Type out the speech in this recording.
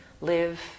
live